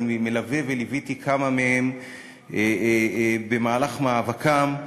אני מלווה וליוויתי כמה מהם במהלך מאבקם.